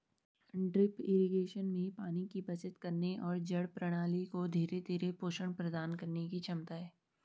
drip irrigation में पानी की बचत करने और जड़ प्रणाली को धीरे धीरे पोषण प्रदान करने की क्षमता है